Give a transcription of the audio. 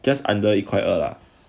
just under it 一块二 lah